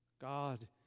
God